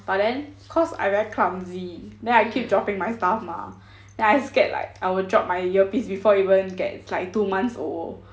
but then cause I very clumsy then I keep dropping my stuff mah then I scared like I will drop my earpiece before even it gets two months old